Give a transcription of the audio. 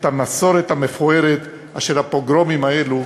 את המסורת המפוארת אשר הפוגרומים האלו